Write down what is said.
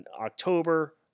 October